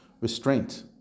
restraint